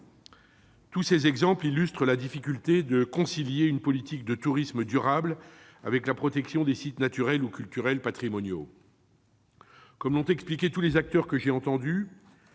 tous ces exemples illustrent la difficulté de concilier une politique de tourisme durable avec la protection des sites naturels ou culturels patrimoniaux. Comme l'ont expliqué tous les acteurs que j'ai entendus,